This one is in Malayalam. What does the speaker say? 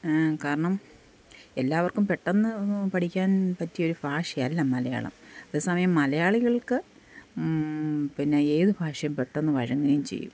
കാരണം എല്ലാവർക്കും പെട്ടന്ന് പഠിക്കാൻ പറ്റിയൊരു ഭാഷയല്ല മലയാളം അതേസമയം മലയാളികൾക്ക് പിന്നെ ഏത് ഭാഷയും പെട്ടെന്ന് വഴങ്ങുകയും ചെയ്യും